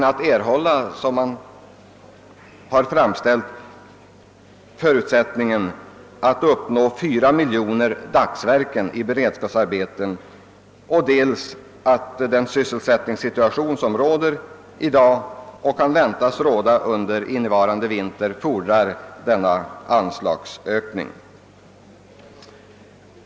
Jag tror att arbetsmarknadsstyrelsen har bedömt medelsbehovet realistiskt: den sysselsättningssituation som råder i dag och som kan väntas råda under innevarande vinter gör att det fordras en anslagsökning av denna omfattning.